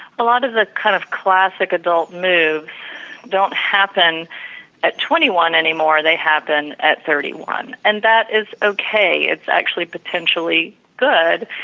a lot of the kind of classical adult new don't happen at twenty one anymore they happen at thirty one, and that is okay, it's actually potentially good,